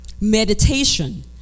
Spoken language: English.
Meditation